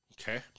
Okay